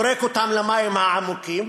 זורק אותם למים העמוקים,